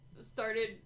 started